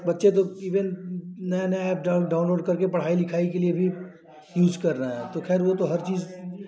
बच्चे तो इवेन नए नए एप डाउन डाउनलोड करके पढ़ाई लिखाई के लिए भी यूज़ कर रहे हैं अब तो ख़ैर वह तो हर चीज़